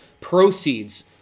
Proceeds